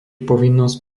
povinnosť